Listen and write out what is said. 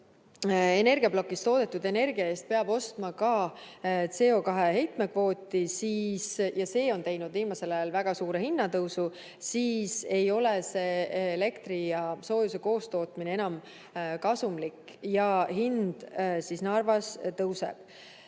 energiaplokis toodetud energia eest peab ostma ka CO2heitmekvooti ja see on teinud viimasel ajal väga suure hinnatõusu, siis ei ole elektri ja soojuse koostootmine enam kasumlik ja hind Narvas tõuseb.